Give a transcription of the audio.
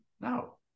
no